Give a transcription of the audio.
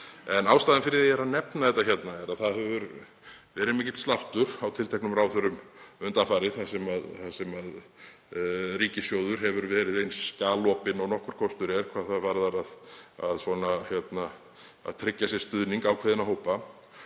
En ástæðan fyrir að ég er að nefna þetta hérna er að það hefur verið mikill sláttur á tilteknum ráðherrum undanfarið þar sem ríkissjóður hefur verið eins galopinn og nokkur kostur er hvað það varðar að tryggja sér stuðning ákveðinna hópa